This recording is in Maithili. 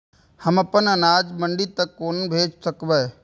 हम अपन अनाज मंडी तक कोना भेज सकबै?